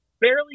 barely